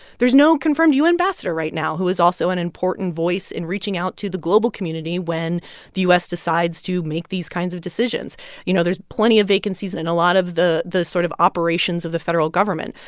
there's no confirmed u n. ambassador right now, who is also an important voice in reaching out to the global community when the u s. decides to make these kinds of decisions you know, there's plenty of vacancies in a lot of the the sort of operations of the federal government,